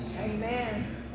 Amen